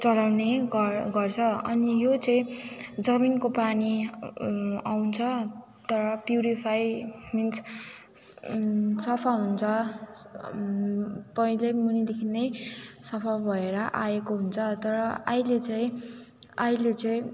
चलाउने गर गर्छ अनि यो चाहिँ जमिनको पानी आउँछ तर फ्युरिफाइ मिन्स सफा हुन्छ पहिलै मुनिदेखि नै सफा भएर आएको हुन्छ तर अहिले चाहिँ अहिले चाहिँ